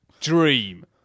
dream